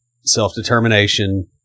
self-determination